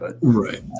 Right